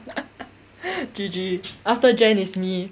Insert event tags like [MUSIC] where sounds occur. [LAUGHS] G_G after jen is me